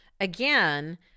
again